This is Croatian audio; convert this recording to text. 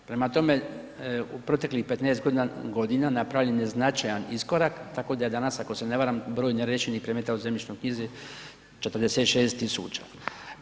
Prema tome, u proteklih 15 godina napravljen je značajni iskorak tako da je danas ako se ne varam broj neriješenih predmeta u zemljišnoj knjizi 46.000.